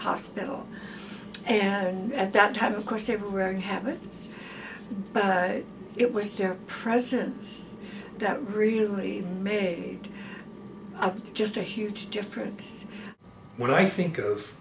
hospital and at that time of course they were wearing habits but it was their presence that really made up just a huge difference when i think of